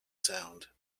sound